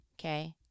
okay